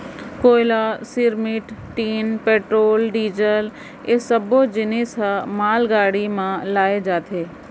कोयला, सिरमिट, tin, petrol, diesel ए सब्बो जिनिस ह मालगाड़ी म लाए जाथे